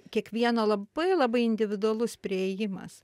kiekvieno labai labai individualus priėjimas